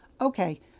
Okay